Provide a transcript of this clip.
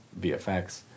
VFX